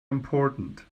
important